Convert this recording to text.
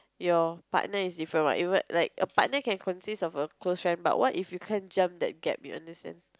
your partner is different what you what like a partner can consist of a close friend but what if you can't jump that gap you understand